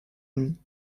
nuit